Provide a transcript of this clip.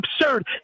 absurd